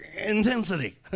intensity